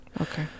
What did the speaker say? Okay